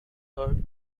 third